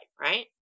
right